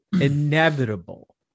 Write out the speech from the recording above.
inevitable